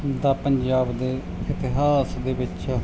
ਦਾ ਪੰਜਾਬ ਦੇ ਇਤਿਹਾਸ ਦੇ ਵਿੱਚ